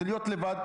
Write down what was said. זה להיות לבד.